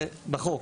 זה בחוק.